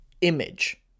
image